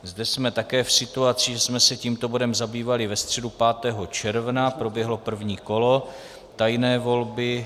Zde jsme také v situaci, že jsme se tímto bodem zabývali ve středu 5. června, proběhlo první kolo tajné volby.